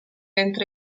entra